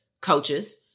coaches